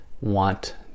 want